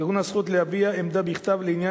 כגון הזכות להביע עמדה בכתב לעניין